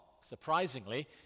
surprisingly